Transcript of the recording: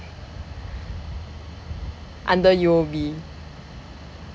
under U_O_B